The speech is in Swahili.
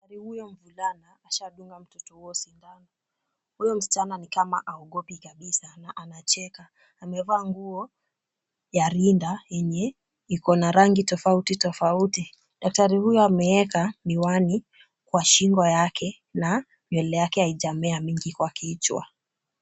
Daktari huyo mvulana ashadunga mtoto huyo sindano, huyo msichana ni kama haogopi kabisa na anacheka, amevaa nguo ya rinda yenye iko na rangi tofauti tofauti. Daktari huyo ameeka miwani kwa shingo yake na nywele yake haijamea mingi kwa kichwa.